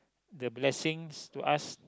the blessings to us